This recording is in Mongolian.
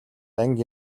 анги